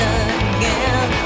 again